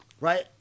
Right